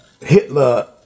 Hitler